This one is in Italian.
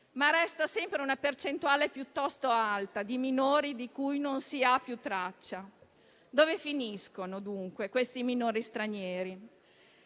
Ma resta sempre una percentuale piuttosto alta di minori di cui non si ha più traccia. Dove finiscono dunque questi minori stranieri?